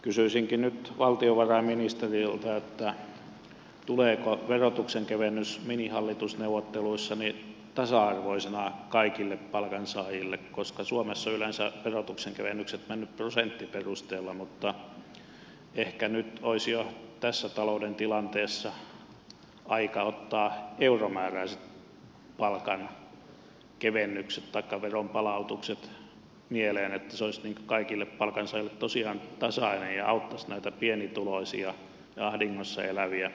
kysyisinkin nyt valtiovarainministeriltä tuleeko verotuksen kevennys minihallitusneuvotteluissa tasa arvoisena kaikille palkansaajille koska suomessa yleensä verotuksen kevennykset ovat menneet prosenttiperusteella mutta ehkä nyt olisi jo tässä talouden tilanteessa aika ottaa euromääräiset palkankevennykset taikka veronpalautukset mieleen jotta se olisi kaikille palkansaajille tosiaan tasainen ja auttaisi näitä pienituloisia ja ahdingossa eläviä